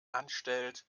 anstellt